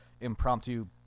impromptu